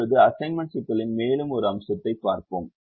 இப்போது அசைன்மென்ட் சிக்கலின் மேலும் ஒரு அம்சத்தைப் பார்ப்போம்